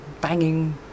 banging